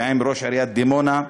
ועם ראש עיריית דימונה,